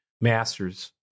Masters